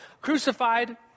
crucified